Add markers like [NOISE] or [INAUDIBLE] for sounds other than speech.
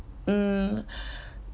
mm [BREATH]